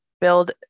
build